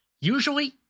usually